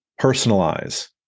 Personalize